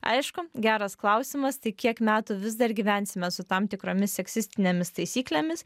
aišku geras klausimas tai kiek metų vis dar gyvensime su tam tikromis seksistinėmis taisyklėmis